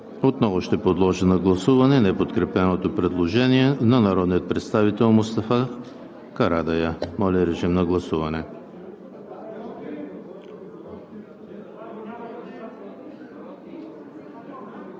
Отново ще подложа на гласуване неподкрепеното предложение на народния представител Мустафа Карадайъ. Гласували